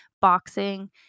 boxing